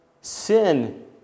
Sin